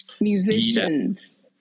musicians